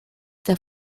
der